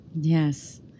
Yes